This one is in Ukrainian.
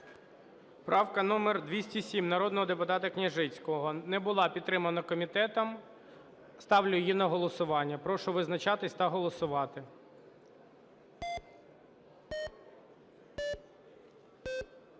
Правка номер 207 народного депутата Княжицького. Не була підтримана комітетом, ставлю її на голосування. Прошу визначатись та голосувати.